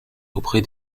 auprès